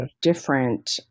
different